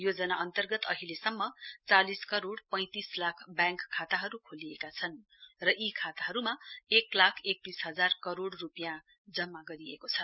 योजना अन्तर्गत अहिलेसम्म चालिस करोड़ पैंतिस लाख ब्याङ्क खाताहरु खोलिएका छन् र यी खाताहरुमा एक लाख एकतीस हजार करोड़ रुपियाँ जम्मा गरिएको छ